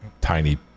tiny